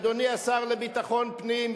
אדוני השר לביטחון פנים,